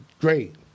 great